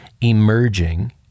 emerging